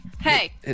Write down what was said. Hey